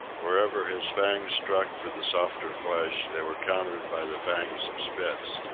wherever his fangs struck for the softer flesh, they were countered by the fangs of spitz.